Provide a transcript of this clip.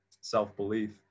self-belief